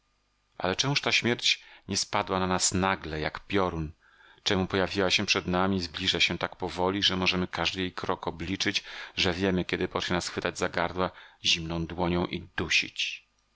ale czemuż ta śmierć nie spadła na nas nagle jak piorun czemu pojawiła się przed nami i zbliża się tak powoli że możemy każdy jej krok obliczyć że wiemy kiedy pocznie nas chwytać za gardła zimną dłonią i